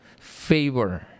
favor